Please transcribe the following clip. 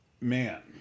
man